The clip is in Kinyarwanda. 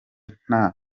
nta